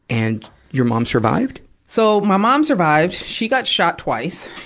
and your mom survived? so, my mom survived. she got shot twice,